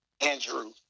Andrew